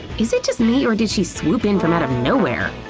is it just me or did she swoop in from out of nowhere?